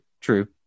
true